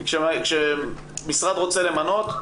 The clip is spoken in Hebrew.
כשמשרד רוצה למנות,